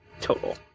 total